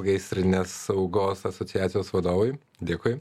gaisrinės saugos asociacijos vadovui dėkui